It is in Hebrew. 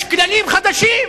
יש כללים חדשים.